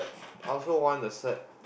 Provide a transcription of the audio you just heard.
I also want the cert